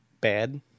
bad